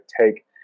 take